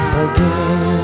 again